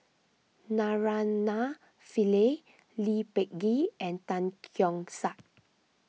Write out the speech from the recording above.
Naraina Pillai Lee Peh Gee and Tan Keong Saik